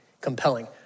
compelling